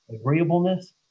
agreeableness